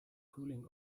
cooling